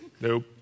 nope